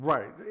Right